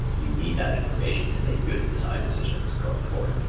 you need that information to make good design decisions going forward.